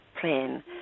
plan